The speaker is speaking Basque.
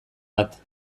bat